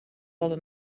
wolle